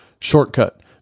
Shortcut